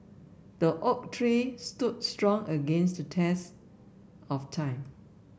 the oak tree stood strong against the test of time